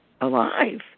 alive